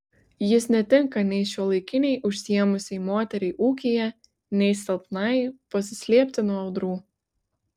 jis netinka nei šiuolaikinei užsiėmusiai moteriai ūkyje nei silpnai pasislėpti nuo audrų